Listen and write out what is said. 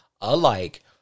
alike